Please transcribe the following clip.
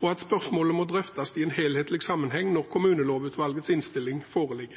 og at spørsmålet må drøftes i en helhetlig sammenheng når Kommunelovutvalgets innstilling foreligger.